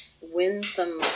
winsome